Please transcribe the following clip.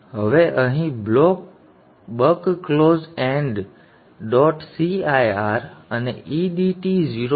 હવે અહીં બક ક્લોઝ એન્ડ ડોટ cir અને edt ૦૧